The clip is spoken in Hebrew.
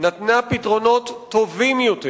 נתנה פתרונות טובים יותר